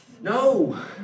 No